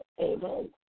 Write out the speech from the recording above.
amen